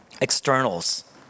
externals